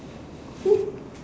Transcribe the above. !woo!